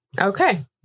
Okay